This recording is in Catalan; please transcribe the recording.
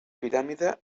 piràmide